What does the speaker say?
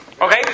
Okay